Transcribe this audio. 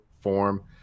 Form